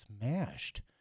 smashed